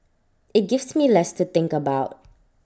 IT gives me less to think about